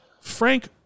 Frank